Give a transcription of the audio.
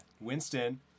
Winston